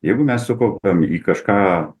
jeigu mes sukaupiam į kažką